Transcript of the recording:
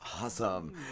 Awesome